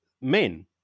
men